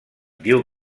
diu